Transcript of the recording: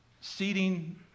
seating